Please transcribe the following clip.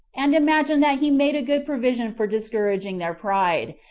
and imagined that he made a good provision for discouraging their pride,